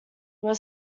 were